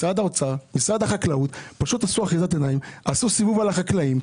משרד האוצר ומשרד החקלאות עשו סיבוב על החקלאים.